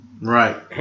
Right